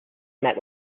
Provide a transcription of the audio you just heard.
met